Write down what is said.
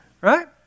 Right